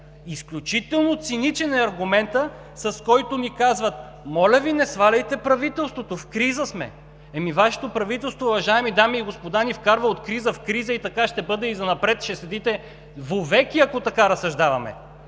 Изключително циничен е аргументът, с който ни казват: „Моля Ви, не сваляйте правителството, в криза сме!“ Ами Вашето правителство, уважаеми дами и господа, ни вкарва от криза в криза и така ще бъде и занапред, ще седите вовеки, ако така разсъждаваме.